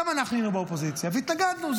גם אנחנו היינו באופוזיציה והתנגדנו,